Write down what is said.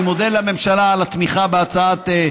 אני מודה לממשלה על התמיכה בהצעת,